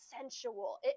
sensual